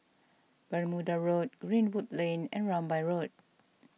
Bermuda Road Greenwood Lane and Rambai Road